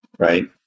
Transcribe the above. Right